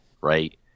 right